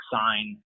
sign